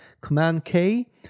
Command-K